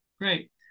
Great